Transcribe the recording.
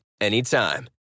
anytime